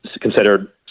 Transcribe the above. considered